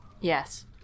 yes